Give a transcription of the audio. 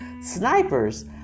Snipers